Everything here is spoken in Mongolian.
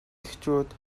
эхчүүд